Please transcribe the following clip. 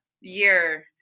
year